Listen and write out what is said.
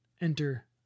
enter